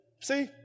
see